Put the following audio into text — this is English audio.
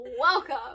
welcome